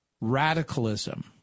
Radicalism